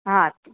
हा